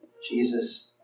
Jesus